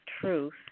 truth